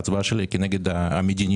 ההצבעה שלי היא כנגד המדיניות